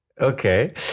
Okay